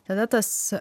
tada tas